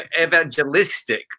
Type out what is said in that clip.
evangelistic